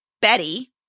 Betty